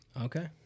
okay